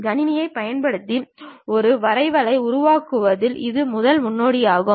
கணினிகளைப் பயன்படுத்தி இந்த வரைவை உருவாக்குவதில் இது முதல் முன்னோடிகள்